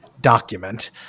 document